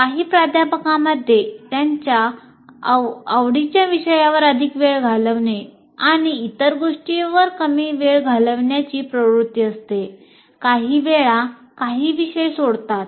काही प्राध्यापकांमध्ये त्यांच्या आवडीच्या विषयांवर अधिक वेळ घालवणे आणि इतर गोष्टींवर कमी वेळ घालविण्याची प्रवृत्ती असते काही वेळा काही विषय सोडतात